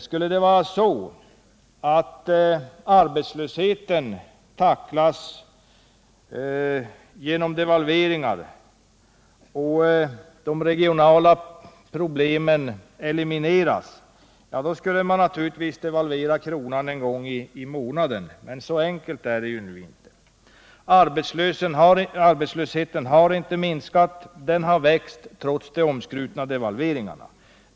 Skulle arbetslösheten kunna tacklas och de lokala problemen elimineras genom devalveringar, då skulle man givetvis devalvera kronan en gång i månaden, men så enkelt är det nu inte. Arbetslösheten har inte minskat, utan den har växt trots de omskrutna devalveringarna.